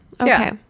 okay